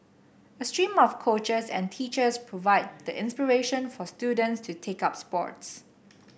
a stream of coaches and teachers provide the inspiration for students to take up sports